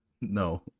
no